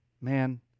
Man